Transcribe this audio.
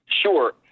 Sure